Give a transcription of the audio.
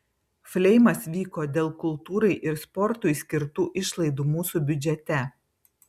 fleimas vyko dėl kultūrai ir sportui skirtų išlaidų mūsų biudžete